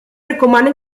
recomanen